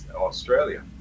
australia